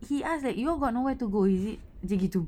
he ask like you all got nowhere to go is it macam begitu